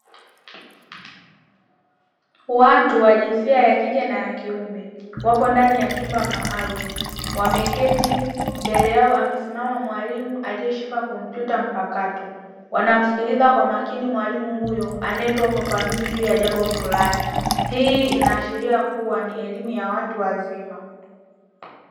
Watu wa jinsia ya kike na yakiume wapo ndani ya chumba maalum wameketi, nbele yao amesimama mwalimu aliyeshika kompyuta mpakato. Wanamsikiliza kwa makini mwalimu huyo anaetoa ufafanuzi juu ya jambo fulani. Hii inaashiria kua ni elimu ya watu wazima.